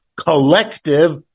collective